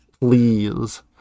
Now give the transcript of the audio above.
please